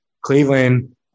Cleveland